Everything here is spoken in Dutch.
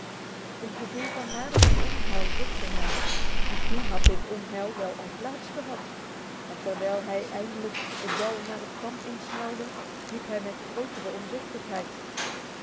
een gevoel van naderend onheil drukte hem misschien had dit onheil wel al plaats gehad en terwijl hij eindelijk het dal naar het kamp insnelde liep hij met grotere